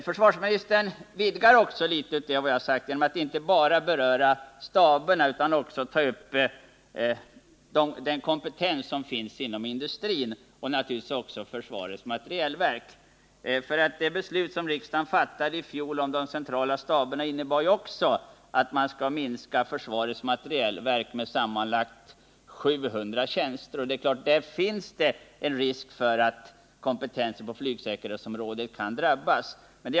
Försvarsministern vidgade frågan genom att inte bara beröra staberna utan också ta upp den kompetens som finns inom industrin och inom försvarets materielverk. Det beslut som riksdagen i fjol fattade om de centrala staberna innebar också att man skulle minska försvarets materielverk med sammanlagt 700 tjänster. Det är klart att det då finns risk för att kompetensen på flygsäkerhetsområdet kan drabbas.